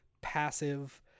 passive